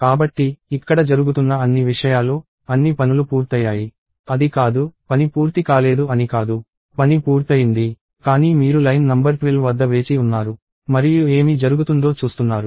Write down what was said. కాబట్టి ఇక్కడ జరుగుతున్న అన్ని విషయాలు అన్ని పనులు పూర్తయ్యాయి అది కాదు పని పూర్తి కాలేదు అని కాదు పని పూర్తయింది కానీ మీరు లైన్ నంబర్ 12 వద్ద వేచి ఉన్నారు మరియు ఏమి జరుగుతుందో చూస్తున్నారు